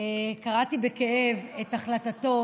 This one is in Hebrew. קראתי בכאב את החלטתו